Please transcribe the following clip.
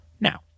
Now